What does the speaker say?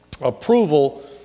approval